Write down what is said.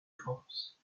france